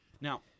Now